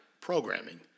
programming